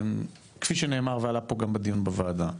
כפי שנאמר ועלה פה גם בדיון בוועדה,